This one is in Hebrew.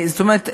זאת אומרת,